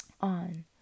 on